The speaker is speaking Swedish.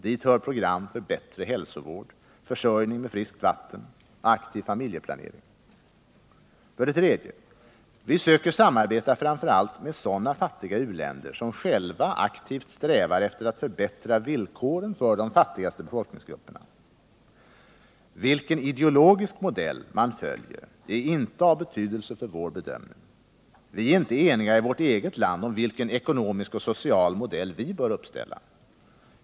Dit hör program för bättre hälsovård, försörjning med friskt vatten och en aktiv familjeplanering. Vi söker samarbeta framför allt med sådana fattiga u-länder som själva aktivt strävar efter att förbättra villkoren för de fattigaste befolkningsgrupperna. Vilken ideologisk modell man följer är inte av betydelse för vår bedömning. Vi är inte eniga i vårt eget land om vilken ekonomisk och social modell vi bör uppställa.